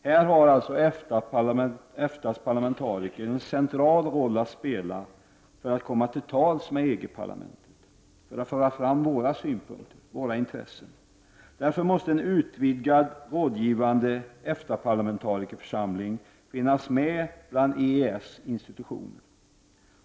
Här har alltså EFTA:s parlamentariker en central roll att spela för att komma till tals med EG-parlamentet, för att föra fram våra synpunkter och våra intressen. Därför måste en utvidgad, rådgivande EFTA-parlamentarikerförsamling finnas med bland EES institutioner.